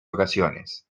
ocasiones